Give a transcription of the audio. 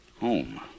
Home